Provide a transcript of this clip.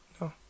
No